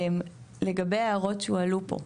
לגבי ההערות שהועלו פה,